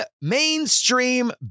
mainstream